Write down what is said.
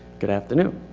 good afternoon.